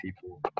people